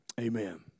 amen